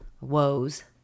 woes